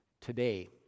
Today